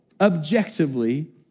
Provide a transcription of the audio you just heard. objectively